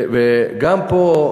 גם פה.